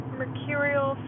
mercurial